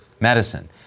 medicine